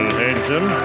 handsome